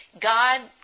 God